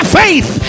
faith